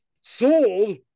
sold